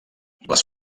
les